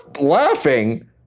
laughing